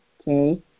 Okay